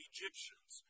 Egyptians